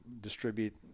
distribute